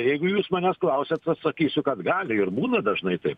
jeigu jūs manęs klausiat atsakysiu kad gali ir būna dažnai taip